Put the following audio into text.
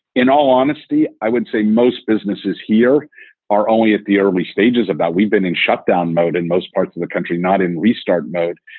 in all honesty, i would say most businesses here are only at the early stages about we've been in shutdown mode in most parts of the country, not in restart mode.